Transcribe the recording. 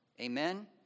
Amen